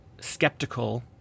skeptical